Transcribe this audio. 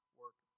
work